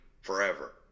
forever